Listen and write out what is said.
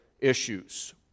issues